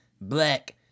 Black